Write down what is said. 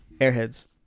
Airheads